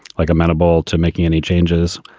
like amenable to making any changes,